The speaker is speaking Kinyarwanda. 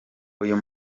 uyu